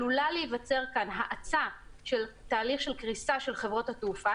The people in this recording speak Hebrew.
עלולה להיווצר פה האצה של תהליך קריסה של חברות התעופה